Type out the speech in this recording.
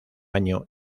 año